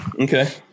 Okay